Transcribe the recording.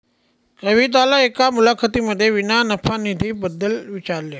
कविताला एका मुलाखतीमध्ये विना नफा निधी बद्दल विचारले